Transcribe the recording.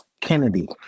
Kennedy